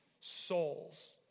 souls